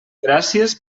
gràcies